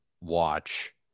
watch